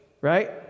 right